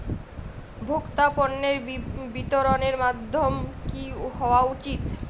ভোক্তা পণ্যের বিতরণের মাধ্যম কী হওয়া উচিৎ?